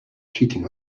cheating